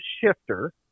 shifter